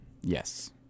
Yes